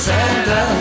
Santa